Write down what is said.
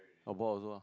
abort also lah